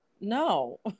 No